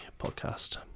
podcast